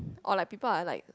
or like people are like